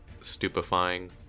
stupefying